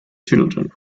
children